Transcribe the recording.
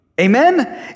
Amen